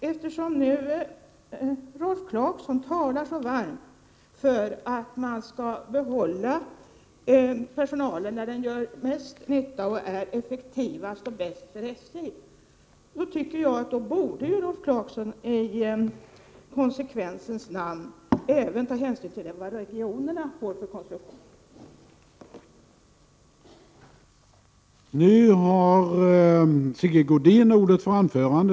Eftersom Rolf Clarkson talar så varmt för att man skall behålla personalen där den gör mest nytta och är effektivast och bäst för SJ, tycker jag att han i konsekvensens namn även skall ta hänsyn till vilken Prot. 1987/88:123 konstruktion regionerna får. 19 maj 1988